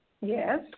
Yes